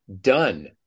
done